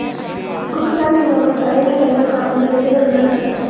ఒక్కొక సారి నేను ఒక సరైనా టైంలో కాకుండా లేటుగా రుణాన్ని కట్టచ్చా?